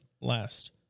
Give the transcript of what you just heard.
last